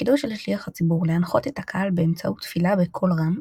תפקידו של שליח הציבור להנחות את הקהל באמצעות תפילה בקול רם,